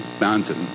mountain